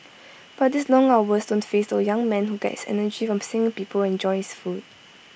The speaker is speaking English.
but these long hours don't faze the young man who gets his energy from seeing people enjoy his food